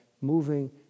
moving